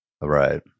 Right